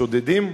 שודדים?